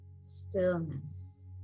stillness